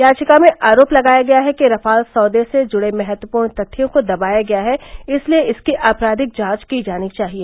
याचिका में आरोप लगाया गया है कि रफाल सौदे से जुड़े महत्वपूर्ण तथ्यों को दबाया गया है इसलिए इसकी आपराधिक जांच की जानी चाहिए